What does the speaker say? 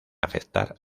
afectar